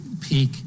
peak